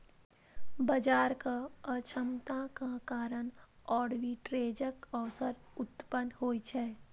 बाजारक अक्षमताक कारण आर्बिट्रेजक अवसर उत्पन्न होइ छै